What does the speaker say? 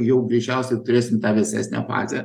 jau greičiausiai turėsim tą vėsesnę fazę